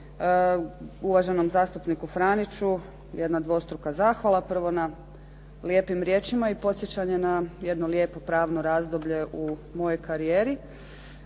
uvaženom zastupniku Franiću jedna dvostruka zahvala prvo na lijepim riječima i podsjećanje na lijepo, pravno razdoblje u mojoj karijeri